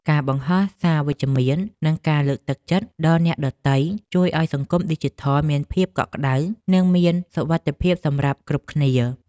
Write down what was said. ការបង្ហោះសារវិជ្ជមាននិងការលើកទឹកចិត្តដល់អ្នកដទៃជួយឱ្យសង្គមឌីជីថលមានភាពកក់ក្តៅនិងមានសុវត្ថិភាពសម្រាប់គ្រប់គ្នា។